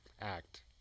Act